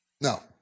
no